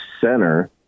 center